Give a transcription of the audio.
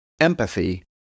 empathy